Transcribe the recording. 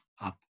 up